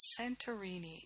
Santorini